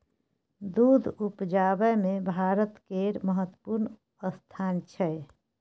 दूध उपजाबै मे भारत केर महत्वपूर्ण स्थान छै